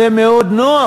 זה מאוד נוח.